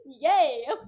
yay